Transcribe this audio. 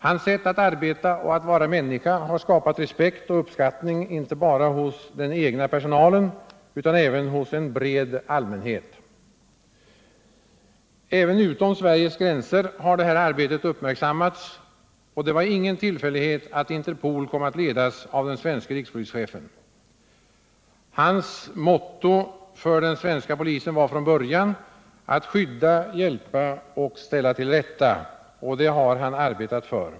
Hans sätt att arbeta och att vara människa har skapat respekt och uppskattning inte bara hos den egna personalen utan även hos en bred allmänhet. Även utom Sveriges gränser har arbetet uppmärksammats, och det var ingen tillfällighet att Interpol kom att ledas av den svenske rikspolischefen. Hans motto för den svenska polisen var från början att skydda, hjälpa och ställa till rätta; och det har han arbetat för.